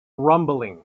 rumbling